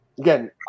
Again